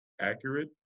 accurate